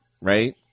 right